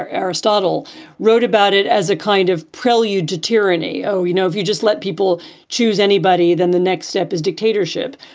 aristotle wrote about it as a kind of prelude to tyranny. oh, you know, if you just let people choose anybody, then the next step is dictatorship.